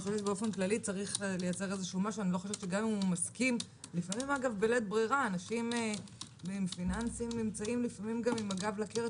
גם אם הוא מסכים - לפעמים בלית ברירה - אנשים נמצאים עם הגב לקיר.